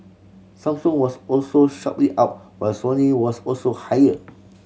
Samsung was also sharply up while Sony was also higher